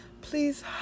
please